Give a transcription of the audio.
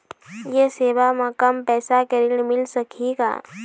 ये सेवा म कम पैसा के ऋण मिल सकही का?